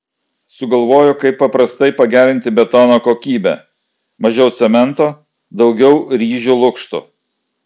sugalvojo kaip paprastai pagerinti betono kokybę mažiau cemento daugiau ryžių lukštų